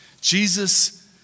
Jesus